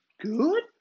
good